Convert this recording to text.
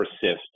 persist